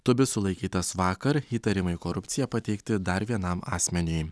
tubis sulaikytas vakar įtarimai korupcija pateikti dar vienam asmeniui